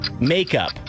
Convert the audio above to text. Makeup